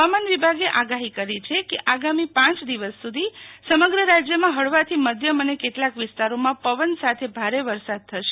હવામાન વિભાગે આગાહી કરી છે કે આગામી પાંચ દિવસ સુધી સમગ્ર રાજ્યમાં હળવાથી મધ્યમ અને કેટલાક વિસ્તારોમાં પવન સાથે ભારે વરસાદ થશે